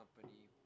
Company